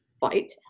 fight